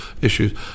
issues